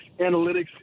analytics